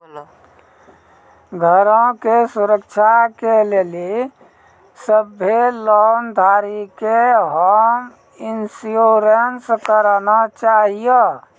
घरो के सुरक्षा के लेली सभ्भे लोन धारी के होम इंश्योरेंस कराना छाहियो